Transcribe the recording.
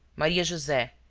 maria-jose,